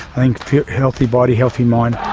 and healthy body, healthy mind.